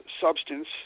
substance